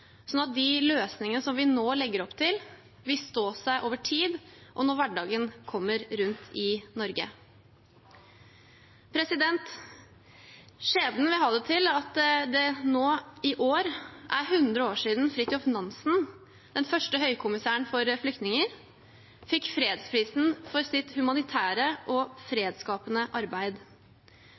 at de løsningene som vi nå legger opp til, vil stå seg over tid og når hverdagen kommer rundt om i Norge. Skjebnen vil at det i år er 100 år siden Fridtjof Nansen, den første høykommissæren for flyktninger, fikk fredsprisen for sitt humanitære og fredsskapende arbeid.